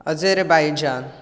Azerbaijan